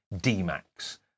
D-Max